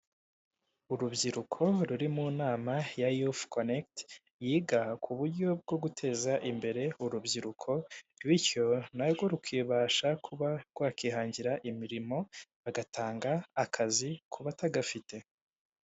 Urubyiruko ruri mu nama ya yufo conegite yiga ku buryo bwo guteza imbere urubyiruko bityo narwo rukibasha kuba rwakihangira imirimo bagatanga akazi ku batagafite.